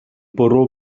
bwrw